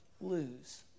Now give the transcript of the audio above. lose